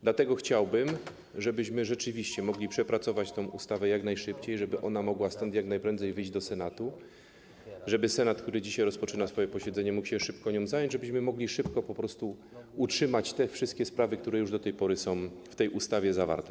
Dlatego chciałbym, żebyśmy rzeczywiście mogli pracować nad tą ustawą jak najszybciej, żeby ona mogła stąd jak najprędzej wyjść do Senatu, żeby Senat, który dzisiaj rozpoczyna swoje posiedzenie, mógł się nią szybko zająć, żebyśmy mogli szybko utrzymać te wszystkie sprawy, które do tej pory są już w tej ustawie zawarte.